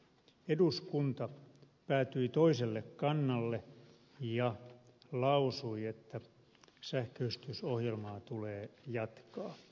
eduskunta päätyi toiselle kannalle ja lausui että sähköistysohjelmaa tulee jatkaa